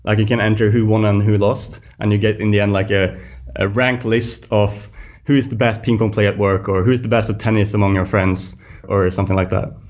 ah you can enter who won and who lost and you get in the end like a ah ranked list of who's the best ping-pong player at work or who's the best at tennis among your friends or something like that.